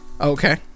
okay